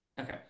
Okay